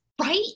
right